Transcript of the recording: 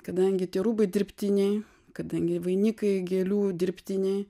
kadangi tie rūbai dirbtiniai kadangi vainikai gėlių dirbtiniai